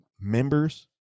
members